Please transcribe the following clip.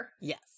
yes